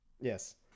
Yes